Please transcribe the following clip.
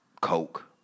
coke